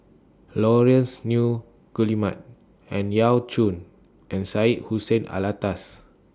Laurence Nunns Guillemard Ang Yau Choon and Syed Hussein Alatas